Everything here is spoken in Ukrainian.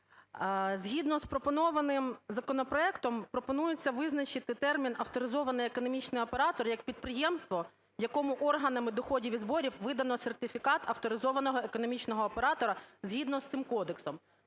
Згідно з пропонованим законопроектом пропонується визначити термін "авторизований економічний оператор" як підприємство, якому органами доходів і зборів видано сертифікат авторизованого економічного оператора згідно з цим кодексом.